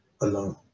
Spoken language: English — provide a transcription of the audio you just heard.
alone